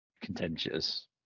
contentious